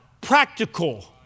practical